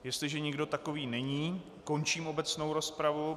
Jestliže nikdo takový není, končím obecnou rozpravu.